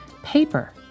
paper